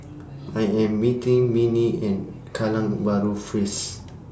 I Am meeting Minnie At Kallang Bahru Fris